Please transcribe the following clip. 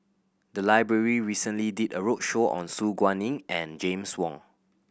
the library recently did a roadshow on Su Guaning and James Wong